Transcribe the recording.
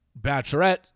Bachelorette